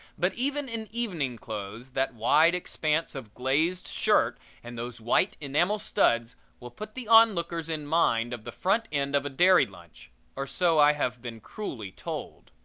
but even in evening clothes, that wide expanse of glazed shirt and those white enamel studs will put the onlookers in mind of the front end of a dairy lunch or so i have been cruelly told.